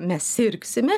mes sirgsime